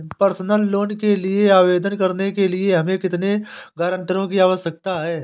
Personal loan के लिए आवेदन करने के लिए हमें कितने गारंटरों की आवश्यकता है?